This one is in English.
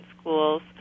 schools